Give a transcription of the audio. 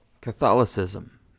Catholicism